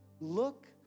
Look